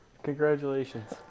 Congratulations